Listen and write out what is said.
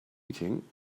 eating